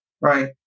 Right